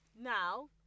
Now